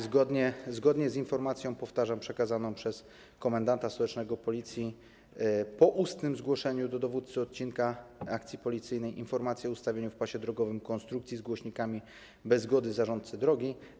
Zgodnie z informacją, powtarzam, przekazaną przez komendanta stołecznego Policji po ustnym zgłoszeniu do dowódcy odcinka akcji policyjnej informacji o ustawieniu w pasie drogowym konstrukcji z głośnikami bez zgody zarządcy drogi.